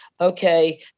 Okay